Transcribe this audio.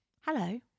Hello